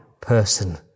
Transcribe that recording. person